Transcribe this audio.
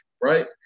right